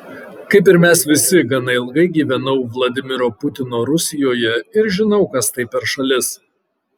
kaip ir mes visi gana ilgai gyvenau vladimiro putino rusijoje ir žinau kas tai per šalis